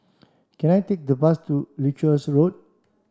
can I take the bus to Leuchars Road